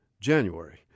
January